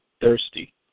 thirsty